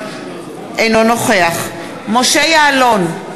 אינו נוכח משה יעלון,